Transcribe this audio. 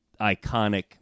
iconic